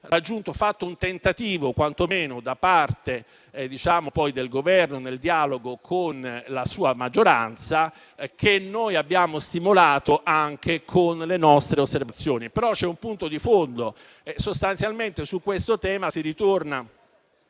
fatto un tentativo da parte del Governo, nel dialogo con la sua maggioranza, che noi abbiamo stimolato anche con le nostre osservazioni. C'è però un punto di fondo: sostanzialmente su questo tema si ritorna